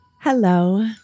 Hello